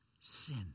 sin